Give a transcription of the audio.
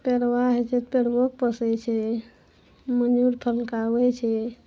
पड़बा होइ छै तऽ पड़बोके पोसै छै मयूर फलकाबै छै